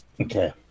okay